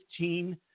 $15